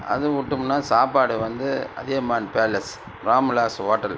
அது விட்டம்னா சாப்பாடு வந்து அதியமான் பேலஸ் ராம் விலாஸ் ஹோட்டல்